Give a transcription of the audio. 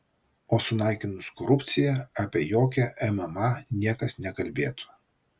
o sunaikinus korupciją apie jokią mma niekas nekalbėtų